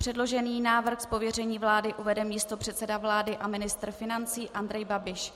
Předložený návrh z pověření vlády uvede místopředseda vlády a ministr financí Andrej Babiš.